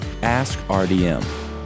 AskRDM